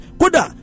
kuda